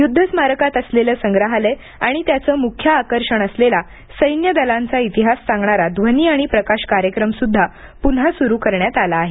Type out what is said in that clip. युद्ध स्मारकात असलेलं संग्रहालय आणि त्याचं मुख्य आकर्षण असलेला सैन्य दलांचा इतिहास सांगणारा ध्वनी आणि प्रकाश कार्यक्रमसुद्धा पुन्हा सुरु करण्यात आला आहे